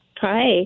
hi